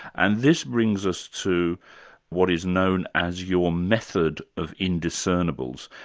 and this brings us to what is known as your method of indiscernibles.